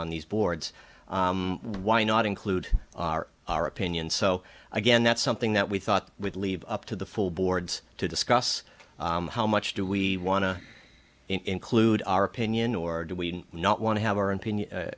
on these boards why not include our opinion so again that's something that we thought we'd leave up to the full boards to discuss how much do we want to include our opinion or do we not want to have our opinion